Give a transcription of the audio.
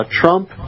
Trump